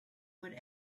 would